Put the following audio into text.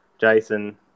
Jason